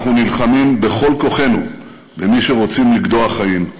אנחנו נלחמים בכל כוחנו במי שרוצים לגדוע חיים,